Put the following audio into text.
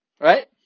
right